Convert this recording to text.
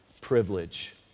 privilege